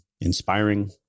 inspiring